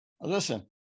Listen